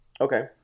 okay